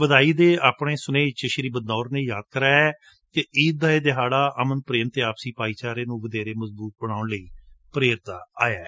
ਵਧਾਈ ਦੇ ਆਪਣੇ ਇਕ ਸੁਨੇਹੇ ਵਿਚ ਸ੍ਰੀ ਬਦਨੌਰ ਨੇ ਯਾਦ ਕਰਵਾਇਐ ਕਿ ਈਦ ਦਾ ਇਹ ਦਿਹਾੜਾ ਅਮਨ ਪ੍ਰੇਮ ਅਤੇ ਆਪਸੀ ਭਾਈਚਾਰੇ ਨੂੰ ਵਧੇਰੇ ਮਜ਼ਬੂਤ ਬਣਾਊਣ ਲਈ ਪੇਰਦਾ ਆਇਐ